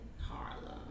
Harlem